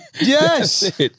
Yes